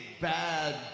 bad